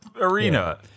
arena